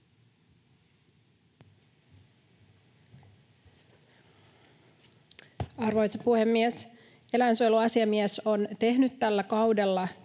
Arvoisa puhemies! Eläinsuojeluasiamies on tehnyt tällä kaudella